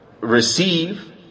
receive